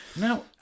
Now